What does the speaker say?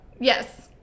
yes